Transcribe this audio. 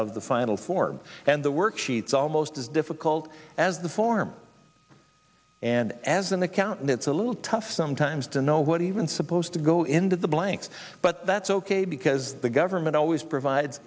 of the final form and the work sheets almost as difficult as the farm and as an accountant it's a little tough sometimes to know what even supposed to go into the blanks but that's ok because the government always provides